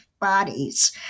bodies